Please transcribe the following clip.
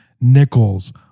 Nickels